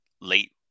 late